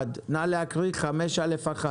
הצבעה הסעיף אושר.